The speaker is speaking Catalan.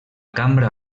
cambra